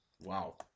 Wow